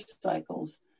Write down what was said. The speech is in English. cycles